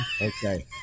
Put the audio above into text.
Okay